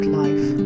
life